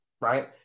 right